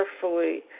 carefully